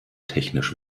technisch